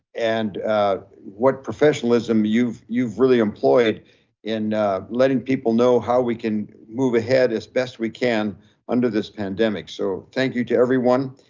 and what professionalism you've you've really employed in letting people know how we can move ahead as best we can under this pandemic. so thank you to everyone.